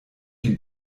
die